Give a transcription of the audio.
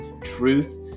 truth